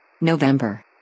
November